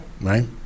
Right